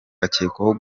akekwaho